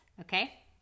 Okay